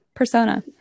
persona